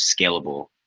scalable